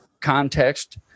context